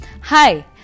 Hi